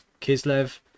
kislev